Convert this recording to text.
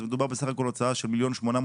אז מדובר בסך הכול על הוצאה של 1.8 מיליון